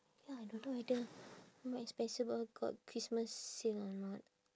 ya I don't know whether mark and spencer got christmas sale or not